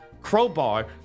Crowbar